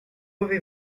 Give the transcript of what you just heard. avez